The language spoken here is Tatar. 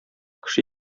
кеше